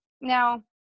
Now